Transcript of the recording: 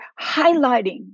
highlighting